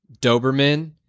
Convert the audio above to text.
Doberman